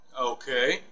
Okay